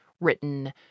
written